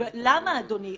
למה, אדוני?